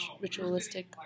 ritualistic